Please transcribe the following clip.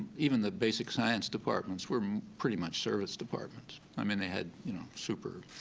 even the basic science departments were pretty much service departments. i mean, they had you know super